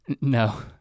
no